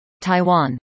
Taiwan